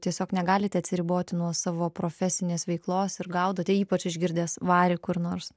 tiesiog negalite atsiriboti nuo savo profesinės veiklos ir gaudote ypač išgirdęs varį kur nors